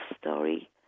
story